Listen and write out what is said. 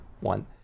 one